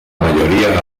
mayoría